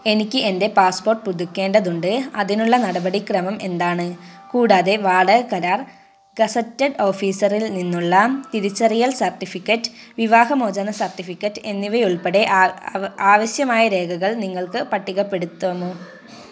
എനിക്ക് എൻ്റെ പാസ്പോർട്ട് പുതുക്കേണ്ടതുണ്ട് അതിനുള്ള നടപടിക്രമം എന്താണ് കൂടാതെ വാടക കരാർ ഗസറ്റഡ് ഓഫീസറിൽ നിന്നുള്ള തിരിച്ചറിയൽ സർട്ടിഫിക്കറ്റ് വിവാഹമോചന സർട്ടിഫിക്കറ്റ് എന്നിവ ഉൾപ്പെടെ ആവശ്യമായ രേഖകൾ നിങ്ങൾക്ക് പട്ടികപ്പെടുത്താമോ